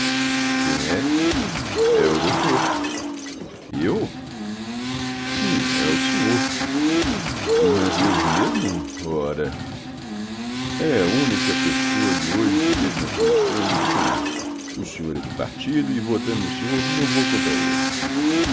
quem é é o doutor eu sim é o senhor mas eu mesmo ora é a única pessoa de hoje que vejo nas condições e que conheço o senhor é do partido e votando no senhor não vou contra